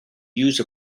use